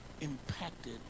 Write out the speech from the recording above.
impacted